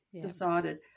decided